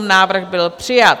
Návrh byl přijat.